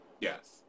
Yes